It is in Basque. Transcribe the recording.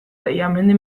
tellamendi